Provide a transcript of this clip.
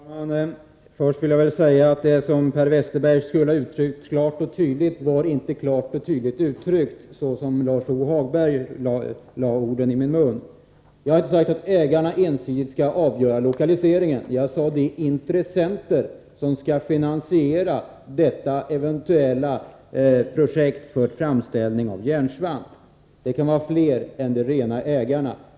Herr talman! Först vill jag säga att det Per Westerberg skulle ha uttryckt klart och tydligt inte var klart och tydligt så som Lars-Ove Hagberg lade orden i min mun. Jag har inte sagt att ägarna ensidigt skall avgöra lokaliseringen. Jag talade om de intressenter som skall finansiera detta eventuella projekt för framställning av järnsvamp. Det kan vara fler än de rena ägarna.